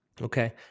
Okay